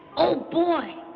oh, boy!